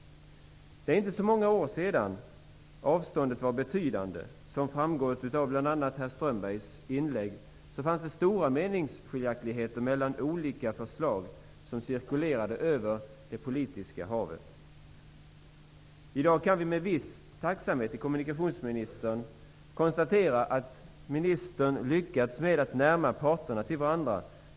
Det är inte så många år sedan som avståndet var betydande. Som har framgått av herr Strömbergs inlägg fanns det stora meningsskiljaktigheter mellan olika förslag som cirkulerade över det politiska havet. I dag kan vi med viss tacksamhet riktad till kommunikationsministern konstatera att ministern lyckats med att närma parterna till varandra.